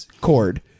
cord